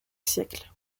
siècles